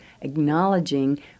acknowledging